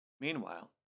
Meanwhile